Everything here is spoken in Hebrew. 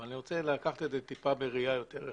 אבל אני רוצה לקחת את זה טיפה בראיה יותר רחבה.